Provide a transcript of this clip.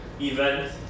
event